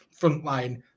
frontline